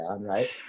right